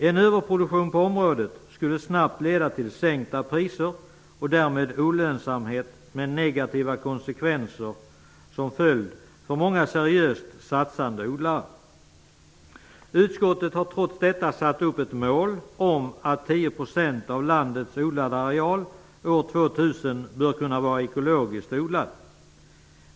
En överproduktion på området skulle snabbt leda till sänkta priser och därmed till olönsamhet, med negativa konsekvenser för många seriöst satsande odlare. Utskottet har trots detta satt upp målet att 10 % av landets odlade areal år 2000 bör kunna vara ekologiskt odlad.